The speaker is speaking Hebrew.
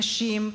נשים,